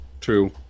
true